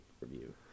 review